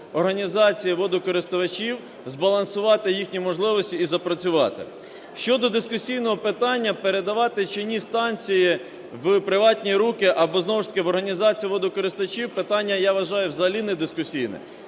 організації водокористувачів збалансувати їхні можливості і запрацювати. Щодо дискусійного питання, передавати чи ні станції в приватні руки або знову ж таки в організацію водокористувачів – питання, я вважаю, взагалі недискусійне.